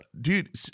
dude